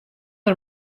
der